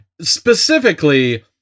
Specifically